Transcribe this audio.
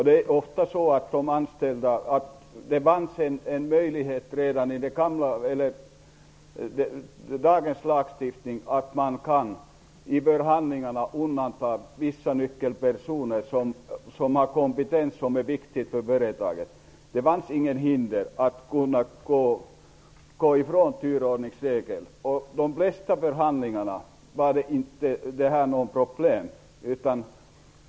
Det finns en möjlighet med dagens lagstiftning att i förhandlingarna undanta vissa nyckelpersoner som har kompetens som är viktig för företaget. Det fanns inget hinder för att gå ifrån turordningsregeln. I de flesta förhandlingar var inte detta något problem.